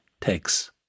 takes